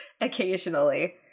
occasionally